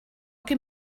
can